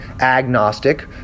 agnostic